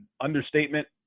understatement